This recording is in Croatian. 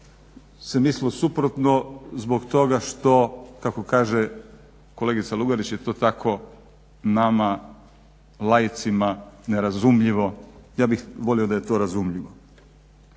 se mislilo suprotno zbog toga što kako kaže kolegica Lugarić je to tako nama laicima nerazumljivo, ja bih volio da je to razumljivo.